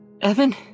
Evan